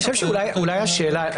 אני חושב שאולי השאלה,